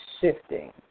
shifting